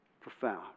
Profound